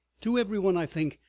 to every one, i think,